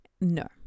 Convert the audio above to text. no